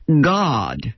God